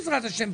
בעזרת השם,